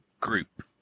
group